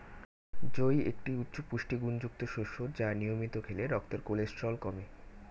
জই একটি উচ্চ পুষ্টিগুণযুক্ত শস্য যা নিয়মিত খেলে রক্তের কোলেস্টেরল কমে